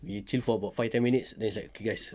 we chill for about five ten minutes then like okay guys